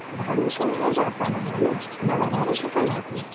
ભાડું છે એ જ આપવાનું હોય ને અમે વધારે શું કામ આપીએ